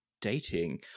dating